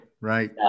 right